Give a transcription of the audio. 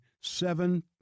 seven